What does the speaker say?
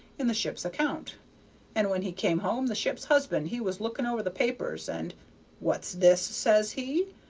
in the ship's account and when he came home the ship's husband he was looking over the papers, and what's this says he,